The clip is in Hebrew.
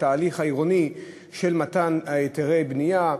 בתהליך העירוני של מתן היתרי בנייה,